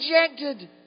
rejected